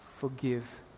forgive